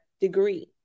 degree